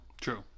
true